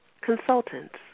Consultants